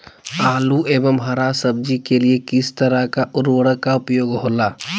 आलू एवं हरा सब्जी के लिए किस तरह का उर्वरक का उपयोग होला?